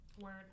Word